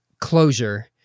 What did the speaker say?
closure